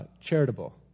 charitable